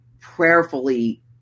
prayerfully